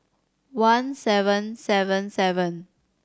one seven seven seven